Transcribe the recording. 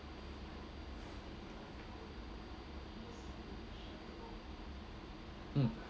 mm